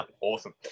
Awesome